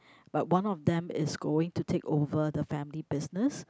but one of them is going to take over the family business